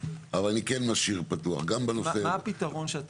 מה הפתרון?